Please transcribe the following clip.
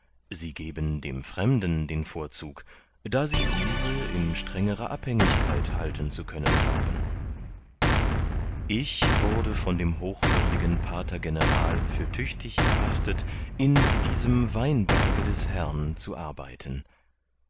sie geben dem fremden den vorzug da sie diese in strengerer abhängigkeit halten zu können glauben ich wurde von dem hochwürdigen pater general für tüchtig erachtet in diesem weinberge des herrn zu arbeiten